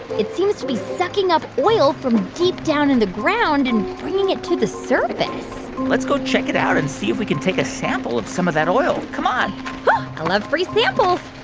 it seems to be sucking up oil from deep down in the ground and bringing it to the surface let's go check it out and see if we can take a sample of some of that oil. come on i love free samples.